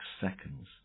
seconds